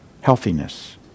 healthiness